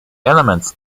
elements